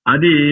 Adi